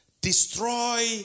Destroy